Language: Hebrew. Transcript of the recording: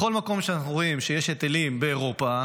בכל מקום שאנחנו רואים שיש היטלים באירופה,